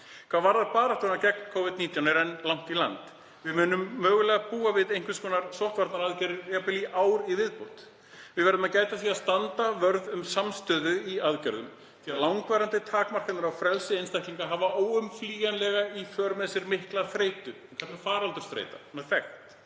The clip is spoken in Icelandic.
Hvað varðar baráttuna gegn Covid-19 er enn langt í land. Við munum mögulega búa við einhvers konar sóttvarnaaðgerðir jafnvel í ár í viðbót. Við verðum að gæta að því að standa vörð um samstöðu um aðgerðir því að langvarandi takmarkanir á frelsi einstaklinga hafa óumflýjanlega í för með sér mikla þreytu, hún er kölluð faraldursþreyta og er þekkt.